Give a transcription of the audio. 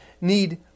need